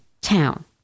town